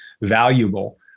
valuable